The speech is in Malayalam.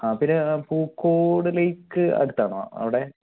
ആ പിന്നെ പൂക്കോട് ലെയ്ക്ക് അടുത്താണോ അവിടെ